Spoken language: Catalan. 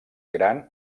gran